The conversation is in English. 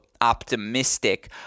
optimistic